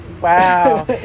wow